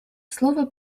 слово